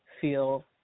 feel